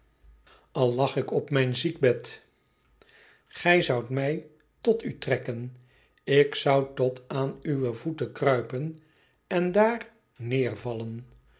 lag ik op mijn ziekbed gij zoudt mij tot u trekken ik zou tot aan uwe voeten kruipen en daar neet vallen